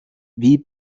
wie